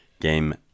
Game